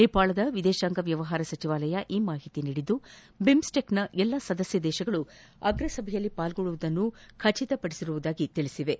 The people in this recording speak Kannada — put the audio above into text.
ನೇಪಾಳದ ವಿದೇಶಾಂಗ ವ್ಯವಹಾರ ಸಚಿವಾಲಯ ಈ ಮಾಹಿತಿ ನೀಡಿದ್ದು ಬಿಮ್ಸ್ಟೆಕ್ನ ಎಲ್ಲಾ ಸದಸ್ಯ ದೇಶಗಳು ಅಗ್ರ ಸಭೆಯಲ್ಲಿ ಪಾಲ್ಗೊಳ್ಳುವುದನ್ನು ಖಚಿತಪಡಿಸಿರುವುದಾಗಿ ತಿಳಿಸಿವೆ